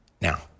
Now